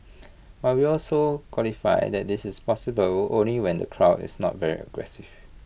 but we also qualify that this is possible only when the crowd is not very aggressive